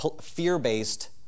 fear-based